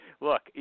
Look